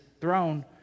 throne